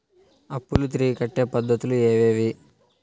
అప్పులు తిరిగి కట్టే పద్ధతులు ఏవేవి